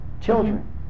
children